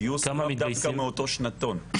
הגיוס הוא לאו דווקא מאותו שנתון.